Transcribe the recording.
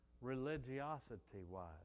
religiosity-wise